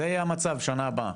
זה יהיה המצב שנה הבאה.